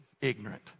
ignorant